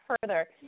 further